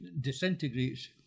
disintegrates